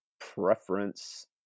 preference